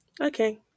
Okay